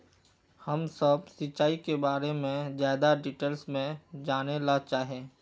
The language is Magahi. हम सब सिंचाई के बारे में ज्यादा डिटेल्स में जाने ला चाहे?